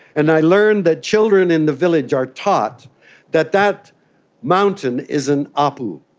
and i learned that children in the village are taught that that mountain is an apu.